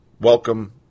Welcome